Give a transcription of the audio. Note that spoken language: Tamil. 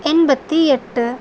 எண்பத்து எட்டு